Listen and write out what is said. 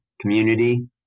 community